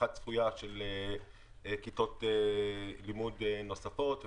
והפתיחה הצפויה של כיתות לימוד נוספות,